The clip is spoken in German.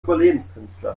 überlebenskünstler